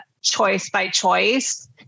choice-by-choice